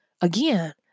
Again